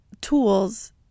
tools